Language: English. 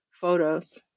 photos